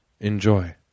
enjoy